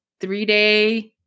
three-day